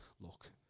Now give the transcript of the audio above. look